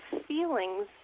feelings